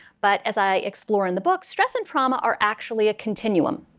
but as i explore in the book, stress and trauma are actually a continuum.